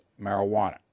marijuana